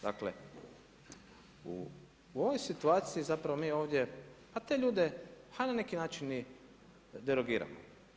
Dakle, u ovoj situaciji, zapravo mi ovdje, te ljude na neki način i derogiramo.